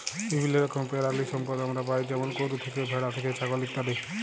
বিভিল্য রকমের পেরালিসম্পদ আমরা পাই যেমল গরু থ্যাকে, ভেড়া থ্যাকে, ছাগল ইত্যাদি